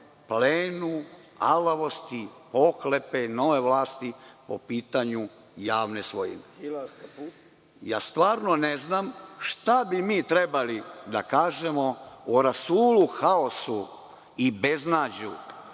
plenu, alavosti, pohlepe nove vlasti po pitanju javne svojine. Stvarno ne znam šta bi mi trebalo da kažemo o rasulu, haosu, beznađu